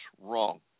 wrong